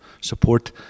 support